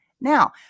Now